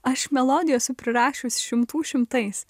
aš melodijų esu prirašius šimtų šimtais